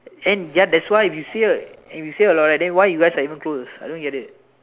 and ya that's why you say right and you say a lot right then why are you guys even close I don't get it